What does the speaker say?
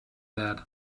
that